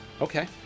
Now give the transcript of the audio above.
Okay